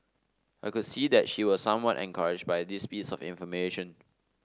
I could see that she was somewhat encouraged by this piece of information